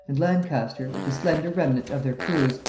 and lancaster, with the slender remnant of their crews,